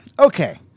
Okay